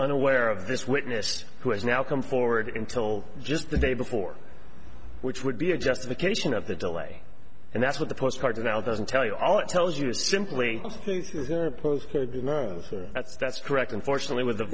unaware of this witness who has now come forward until just the day before which would be a justification of the delay and that's what the post cards are now doesn't tell you all it tells you is simply not that's that's correct unfortunately with the